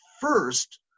first